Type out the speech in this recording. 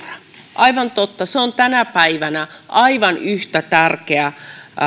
aivan totta se on tänä päivänä aivan yhtä tärkeä